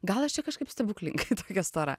gal aš čia kažkaip stebuklingai tokia stora